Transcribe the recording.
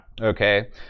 okay